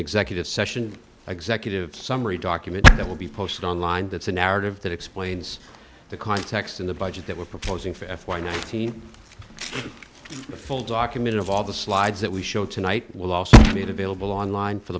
executive session executive summary document that will be posted online that's a narrative that explains the context in the budget that we're proposing for f y nineteen a full document of all the slides that we show tonight will also be made available online for